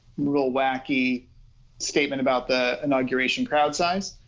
real wacky statement about the inauguration crowd size.